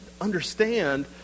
understand